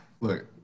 Look